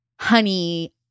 honey